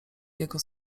jego